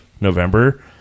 november